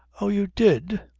oh, you did?